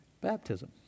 Baptism